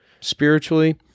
spiritually